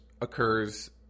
occurs